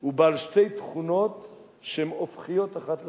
הוא בעל שתי תכונות שהן הופכיות האחת לשנייה.